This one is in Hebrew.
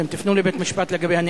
אתם תפנו לבית-המשפט לגבי הנאמן?